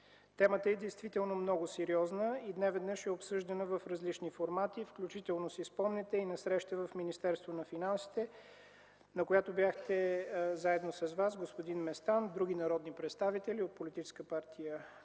Темата е действително много сериозна и неведнъж е обсъждана в различни формати, включително си спомняте и на срещата в Министерството на финансите, на която заедно с вас бяха господин Местан и народни представители от Политическа партия